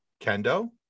Kendo